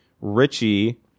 Richie